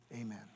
amen